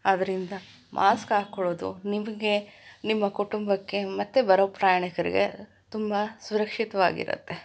ಆದ್ದರಿಂದ ಮಾಸ್ಕ್ ಹಾಕೊಳೋದು ನಿಮಗೆ ನಿಮ್ಮ ಕುಟುಂಬಕ್ಕೆ ಮತ್ತು ಬರೋ ಪ್ರಯಾಣಿಕರಿಗೆ ತುಂಬ ಸುರಕ್ಷಿತವಾಗಿರತ್ತೆ